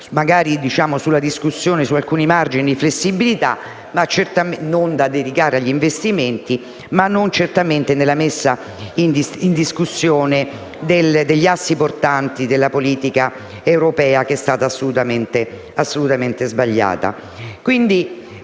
sulla discussione su alcuni margini di flessibilità (non da dedicare agli investimenti), e non certamente nella messa in discussione degli assi portanti della politica europea, che è stata assolutamente sbagliata.